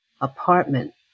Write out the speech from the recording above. apartment